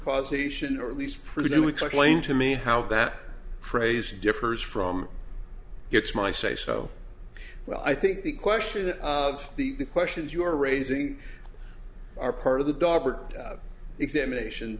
causation or at least pretty new we claim to me how that phrase differs from gets my say so well i think the question of the questions you are raising are part of the dark examination